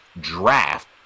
draft